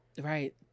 right